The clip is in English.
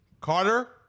Carter